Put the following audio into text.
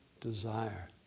desire